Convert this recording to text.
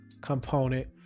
component